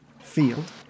field